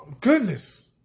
Goodness